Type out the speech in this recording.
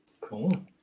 Cool